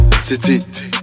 city